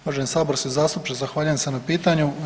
Uvaženi saborski zastupniče zahvaljujem se na pitanju.